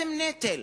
אתם נטל.